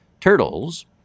turtles